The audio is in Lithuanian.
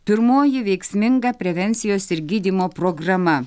pirmoji veiksminga prevencijos ir gydymo programa